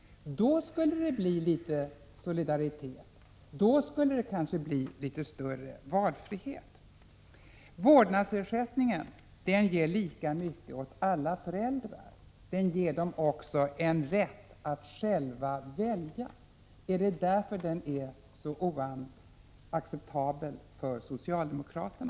Då skulle det bli litet solidaritet. Då skulle det kanske bli litet större valfrihet. Vårdnadsersättningen ger lika mycket åt alla föräldrar. Den ger dem också en rätt att själva välja. Är det därför den är så oacceptabel för socialdemokraterna?